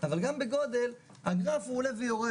אבל גם בגודל הגרף הוא עולה ויורד.